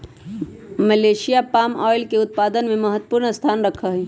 Malaysia palm oil के उत्पादन में महत्वपूर्ण स्थान रखा हई